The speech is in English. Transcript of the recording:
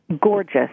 gorgeous